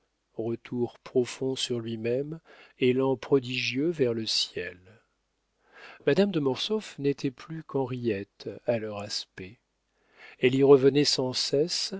retours profonds sur lui-même élans prodigieux vers le ciel madame de mortsauf n'était plus qu'henriette à leur aspect elle y revenait sans cesse